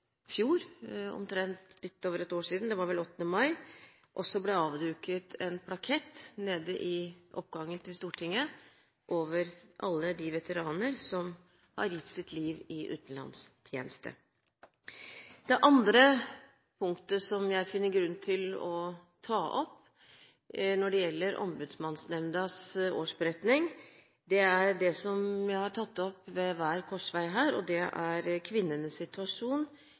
fjor – for omtrent ett år siden, det var vel 8. mai – i oppgangen til Stortinget ble avduket en minneplate over alle de veteraner som har gitt sitt liv i utenlandstjeneste. Det andre punktet som jeg finner grunn til å ta opp når det gjelder Ombudsmannsnemndas årsberetning, er det som jeg har tatt opp ved hver korsvei her, og det er kvinnenes situasjon